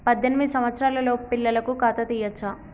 పద్దెనిమిది సంవత్సరాలలోపు పిల్లలకు ఖాతా తీయచ్చా?